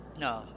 No